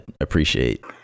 appreciate